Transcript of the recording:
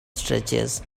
stretches